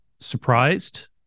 Surprised